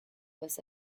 was